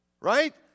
Right